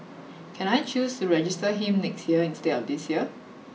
can I choose to register him next year instead of this year